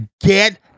Get